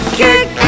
kick